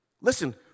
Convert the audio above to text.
Listen